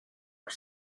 are